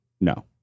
No